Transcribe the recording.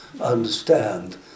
understand